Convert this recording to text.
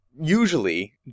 usually